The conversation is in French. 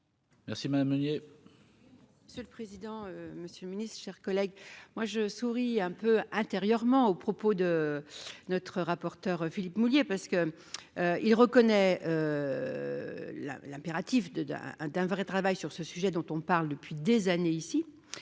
Merci madame Meunier. Monsieur le président, Monsieur le Ministre, chers collègues, moi je souris un peu intérieurement aux propos de notre rapporteur Philippe mouiller parce que il reconnaît la l'impératif de d'un un d'un vrai travail sur ce sujet dont on parle depuis des années ici,